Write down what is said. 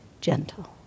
gentle